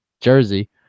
Jersey